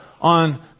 on